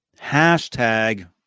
hashtag